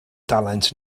dalent